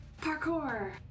parkour